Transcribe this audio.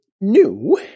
new